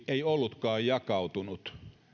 ei ollutkaan jakautunut